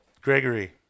Gregory